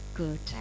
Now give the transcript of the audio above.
good